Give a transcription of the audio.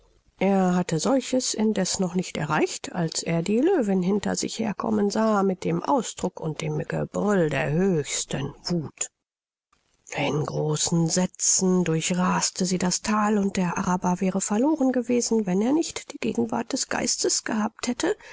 er hatte solches indeß noch nicht erreicht als er die löwin hinter sich her kommen sah mit dem ausdruck und dem gebrüll der höchsten wuth in großen sätzen durchras'te sie das thal und der araber wäre verloren gewesen wenn er nicht die gegenwart des geistes gehabt hätte